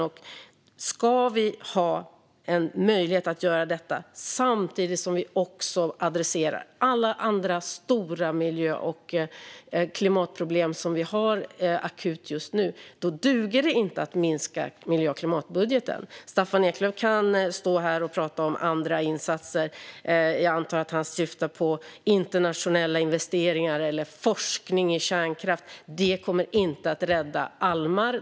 Om vi ska ha möjlighet att göra det samtidigt som vi adresserar alla andra stora miljö och klimatproblem som också är akuta just nu duger det inte att minska miljö och klimatbudgeten. Staffan Eklöf kan stå här i kammaren och tala om andra insatser. Jag antar att han syftar på internationella investeringar eller forskning i kärnkraft. Det kommer inte att rädda almar.